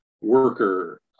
worker